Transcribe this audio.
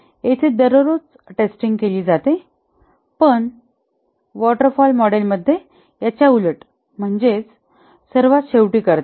येथे दररोज टेस्टिंग केली जाते पण वॉटर फॉल मॉडेल मध्ये याच्या उलट म्हणजे सर्वात शेवटी करतात